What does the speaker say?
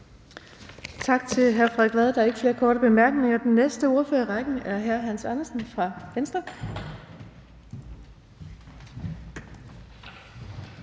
Tak til hr. Frederik Vad. Der er ikke flere korte bemærkninger. Den næste i ordførerrækken er hr. Hans Andersen fra Venstre.